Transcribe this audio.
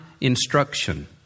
instruction